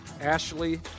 Ashley